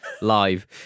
live